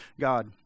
God